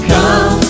Come